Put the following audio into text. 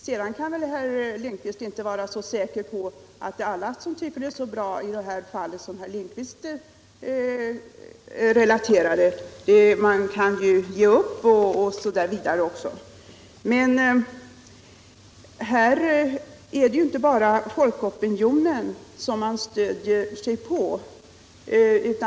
Herr Lindkvist kan inte heller vara så säker på att alla tycker att det är så bra i det fall som herr Lindkvist relaterade. Man kan ge upp också. Här är det inte bara folkopinionen man stöder sig på.